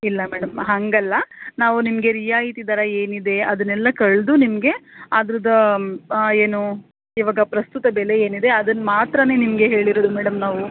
ಇಲ್ಲ ಮೇಡಮ್ ಹಾಗಲ್ಲ ನಾವು ನಿಮಗೆ ರಿಯಾಯಿತಿ ದರ ಏನಿದೆ ಅದನ್ನೆಲ್ಲ ಕಳೆದು ನಿಮಗೆ ಅದ್ರದ್ದು ಏನು ಇವಾಗ ಪ್ರಸ್ತುತ ಬೆಲೆ ಏನಿದೆ ಅದನ್ನು ಮಾತ್ರನೇ ನಿಮಗೆ ಹೇಳಿರೋದು ಮೇಡಮ್ ನಾವು